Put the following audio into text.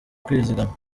kwizigama